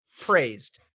Praised